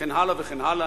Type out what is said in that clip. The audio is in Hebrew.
וכן הלאה וכן הלאה,